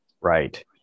Right